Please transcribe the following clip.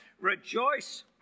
Rejoice